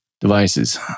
devices